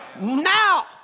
Now